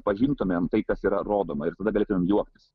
pažintumėm tai kas yra rodoma ir tada galėtumėm juoktis